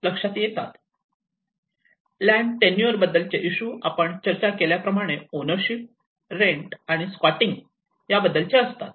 land आणि tenure बद्दलचे issue आपण चर्चा केल्याप्रमाणे ओनरशिप रेंट आणि स्क्वॉटिंग याबद्दलचे असतात